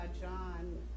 John –